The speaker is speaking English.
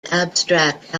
abstract